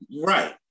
Right